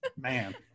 Man